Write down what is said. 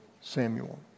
Samuel